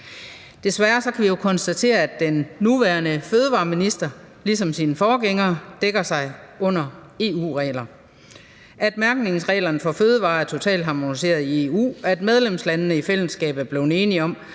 Desværre kan vi jo konstatere, at den nuværende fødevareminister, ligesom sin forgænger, dækker sig ind under EU-regler: at mærkningsreglerne for fødevarer er totalt harmoniseret i EU, at medlemslandene i fællesskab er blevet enige om,